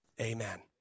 amen